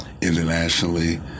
Internationally